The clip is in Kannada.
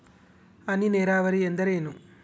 ಹನಿ ನೇರಾವರಿ ಎಂದರೇನು?